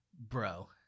Bro